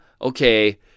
okay